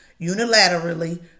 unilaterally